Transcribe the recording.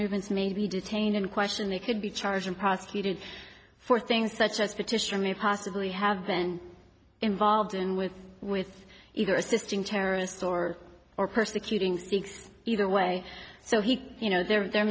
movements may be detained and questioned they could be charged and prosecuted for things such as petitioner may possibly have been involved in with with either assisting terrorists or or persecuting speaks either way so he you know there